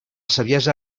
saviesa